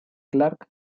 clark